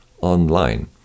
online